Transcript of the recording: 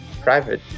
private